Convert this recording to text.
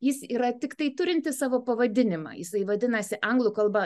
jis yra tiktai turinti savo pavadinimą jisai vadinasi anglų kalba